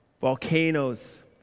volcanoes